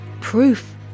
Proof